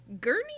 gurney